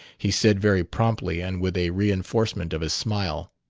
he said very promptly and with a reinforcement of his smile.